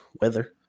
weather